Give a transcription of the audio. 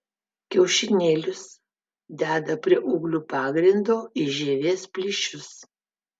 kiaušinėlius deda prie ūglių pagrindo į žievės plyšius